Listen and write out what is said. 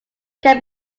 can